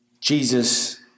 Jesus